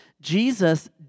Jesus